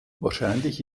wahrscheinlich